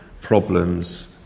problems